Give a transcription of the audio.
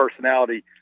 personality